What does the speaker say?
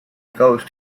goes